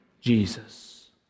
Jesus